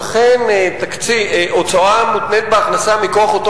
שהם אכן הוצאה מותנית בהכנסה מכוח אותו